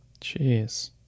Jeez